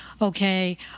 Okay